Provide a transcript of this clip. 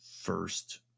first